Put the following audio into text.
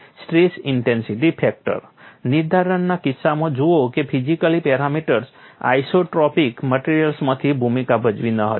stress intensity factor નિર્ધારણના કિસ્સામાં જુઓ કે ફિઝિકલી પેરામીટર્સએ આઇસોટ્રોપિક મટિરિયલ્સમાં ભૂમિકા ભજવી ન હતી